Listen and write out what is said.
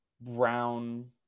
brown